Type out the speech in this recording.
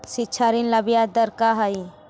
शिक्षा ऋण ला ब्याज दर का हई?